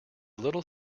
little